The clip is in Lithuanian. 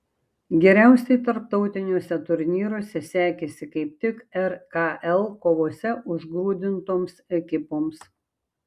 geriausiai tarptautiniuose turnyruose sekėsi kaip tik rkl kovose užgrūdintoms ekipoms